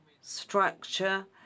structure